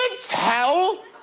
tell